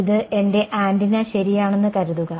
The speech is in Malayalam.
ഇത് എന്റെ ആന്റിന ശരിയാണെന്ന് കരുതുക